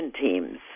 teams